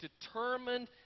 determined